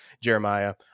Jeremiah